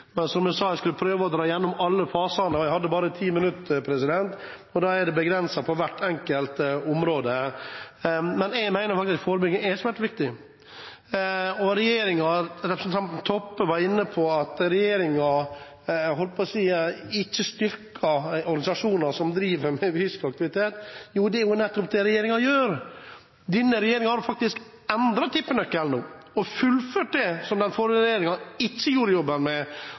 men som jeg sa: Skulle jeg prøve å dra gjennom alle fasene når jeg bare hadde 10 minutter, er det begrenset på hvert enkelt område. Men jeg mener at forebygging er svært viktig. Representanten Toppe var inne på at regjeringen – jeg holdt på å si – ikke styrker organisasjoner som driver med fysisk aktivitet. Jo, det er jo nettopp det regjeringen gjør. Denne regjeringen har endret tippenøkkelen nå og fullført der den forrige regjeringen ikke gjorde jobben,